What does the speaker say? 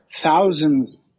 thousands